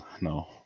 No